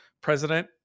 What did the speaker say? President